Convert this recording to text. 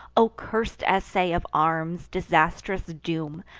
o curst essay of arms, disastrous doom,